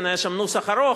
יש שם נוסח ארוך,